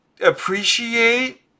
appreciate